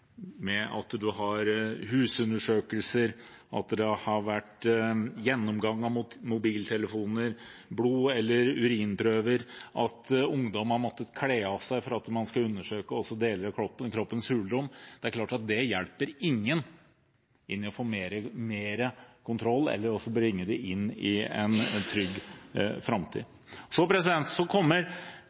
at man har husundersøkelser, at det har vært gjennomgang av mobiltelefoner, blod eller urinprøver, og at ungdom har måttet kle av seg for at man skal undersøke kroppens hulrom, den hjelper ingen til å få mer kontroll eller til å bringe dem inn i en trygg framtid. Så